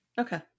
Okay